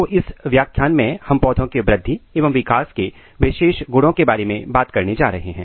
तो इस व्याख्यान में हम पौधों के वृद्धि एवं विकास के विशेष गुणों के बारे में बात करने जा रहे हैं